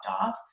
off